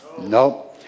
No